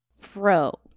Fro